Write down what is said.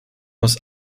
aus